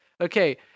Okay